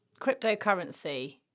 cryptocurrency